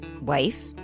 wife